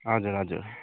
हजुर हजुर